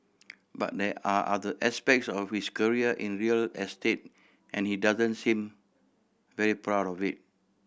but there are other aspects of his career in real estate and he doesn't seem very proud of it